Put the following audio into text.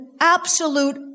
absolute